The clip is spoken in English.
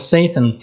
Satan